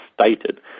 stated